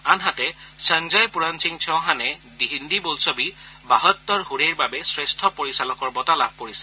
আনহাতে সঞ্জ পূৰণ সিং চৌহানে হিন্দী বোলছবি বাহট্টৰ হুৰেইৰ বাবে শ্ৰেষ্ঠ পৰিচালকৰ বঁটা লাভ কৰিছে